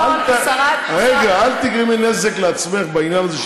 אל תגרמי נזק לעצמך בעניין הזה.